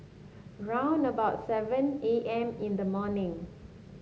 round about seven A M in the morning